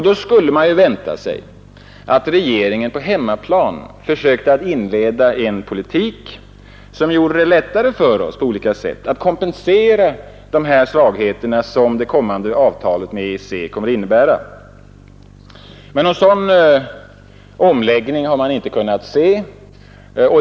Då skulle man ju vänta sig att regeringen på hemmaplan försökte inleda en politik, som på olika sätt gjorde det lättare för oss att kompensera dessa svagheter som det blivande avtalet med EEC kommer att innebära. Men någon sådan omläggning har vi inte kunnat märka.